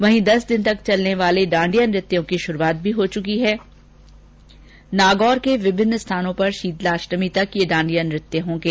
वहीं दस दिन तक चलने वाले डांडिया नृत्यों की शुरूआत हो चुकी है नागौर के विभिन्न स्थानों पर शीतलाष्टमी तक यह डांडिया नृत्य होंगे